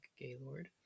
Gaylord